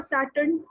Saturn